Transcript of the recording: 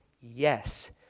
Yes